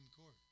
Court